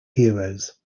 heroes